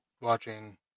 watching